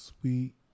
sweet